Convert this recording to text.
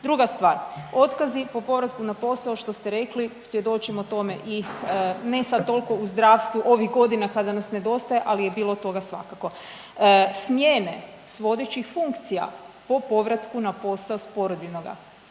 Druga stvar, otkazi po povratku na posao što ste rekli, svjedočimo tome i ne sad toliko u zdravstvu ovih godina kada nas nedostaje, ali je bilo toga svakako. Smjene s vodećih funkcija po povratku na posao s porodiljnoga.